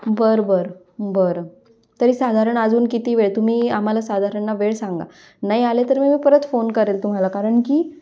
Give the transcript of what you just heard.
बरं बरं बरं तरी साधारण अजून किती वेळ तुम्ही आम्हाला साधारण ना वेळ सांगा नाही आले तर म मी परत फोन करेल तुम्हाला कारण की